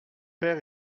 père